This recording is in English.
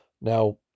Now